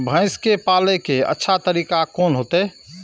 भैंस के पाले के अच्छा तरीका कोन होते?